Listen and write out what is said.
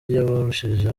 yabarushije